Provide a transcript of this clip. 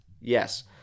Yes